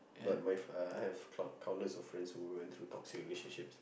but my fr~ uh I have count~ countless of friends who went through toxic relationships